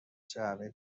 جعبه